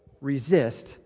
resist